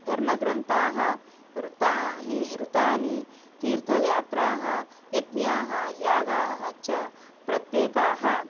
धर्मग्रन्थाः ऋतानि ऋतानि तीर्थयात्राः यज्ञाः यागाः च प्रत्येकाः